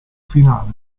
finale